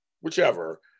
whichever